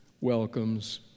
welcomes